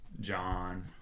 John